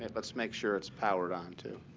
and let's make sure it's powered on, too.